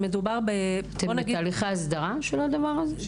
זה בתהליכי הסדרה של הדבר הזה?